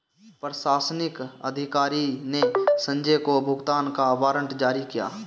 प्रशासनिक अधिकारी ने संजय को भुगतान का वारंट जारी किया